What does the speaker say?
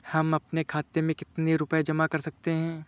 हम अपने खाते में कितनी रूपए जमा कर सकते हैं?